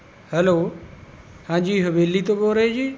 hello ਹਾਂਜੀ ਹਵੇਲੀ ਤੋਂ ਬੋਲ ਰਹੇ ਜੀ